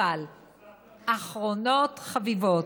אבל אחרונות חביבות,